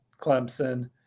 Clemson